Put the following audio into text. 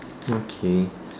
okay